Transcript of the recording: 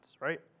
right